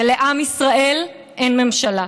ולעם ישראל אין ממשלה.